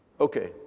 Okay